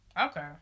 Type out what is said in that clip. Okay